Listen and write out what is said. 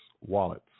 wallets